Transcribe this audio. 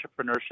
entrepreneurship